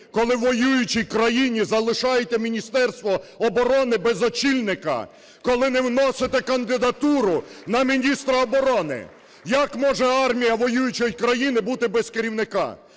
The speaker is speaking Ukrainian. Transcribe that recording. коли в воюючій країні залишаєте Міністерство оборони без очільника, коли не вносите кандидатуру на міністра оборони? Як може армія воюючої країни бути без керівника?